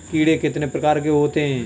कीड़े कितने प्रकार के होते हैं?